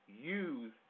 use